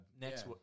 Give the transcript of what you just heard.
Next